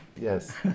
Yes